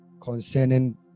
concerning